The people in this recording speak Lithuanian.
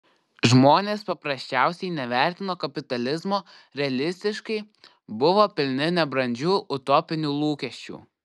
žmonės paprasčiausiai nevertino kapitalizmo realistiškai buvo pilni nebrandžių utopinių lūkesčių